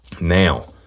Now